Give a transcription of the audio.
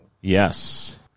Yes